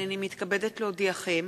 הנני מתכבדת להודיעכם,